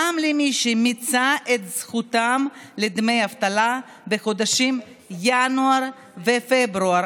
גם למי שמיצו את זכאותם לדמי אבטלה בחודשים ינואר ופברואר